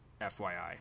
FYI